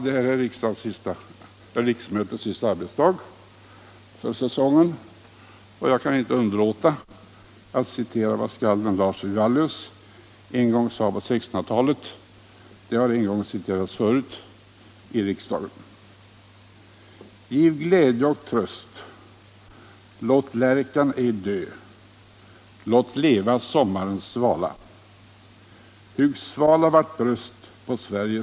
Det här är riksmötets sista arbetsdag för säsongen, och jag kan inte underlåta att citera vad skalden Lars Wivallius skrev en gång på 1600-talet — det har citerats en gång förut i riksdagen: ”Giv glädje och tröst, lät lärkjan ej dö, lät leva sommarens svala!